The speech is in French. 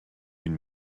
une